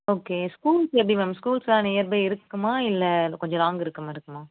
okay schools எப்படி ma'am ஸ்கூல்ஸெலாம் nearby இருக்குமா இல்லை கொஞ்சம் லாங் இருக்கற மாதிரியிருக்குமா